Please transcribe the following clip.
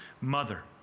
mother